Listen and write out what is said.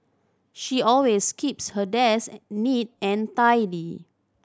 she always keeps her desk neat and tidy